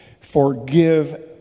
forgive